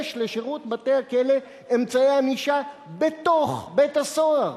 יש לשירות בתי-הסוהר אמצעי ענישה בתוך בית-הסוהר,